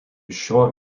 šio